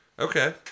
Okay